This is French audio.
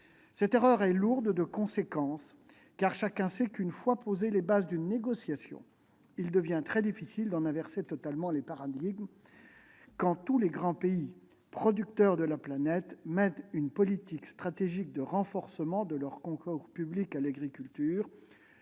Cette erreur est lourde de conséquences, car chacun sait qu'une fois posées les bases d'une négociation il devient très difficile d'en inverser totalement les paradigmes. Tous les grands pays producteurs de la planète mènent une politique stratégique de renforcement de leurs concours publics à l'agriculture,